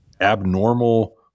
abnormal